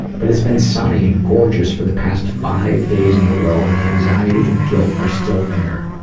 but it's been sunny and gorgeous for the past five days in a row and the anxiety and guilt are still there.